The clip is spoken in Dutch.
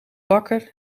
bakker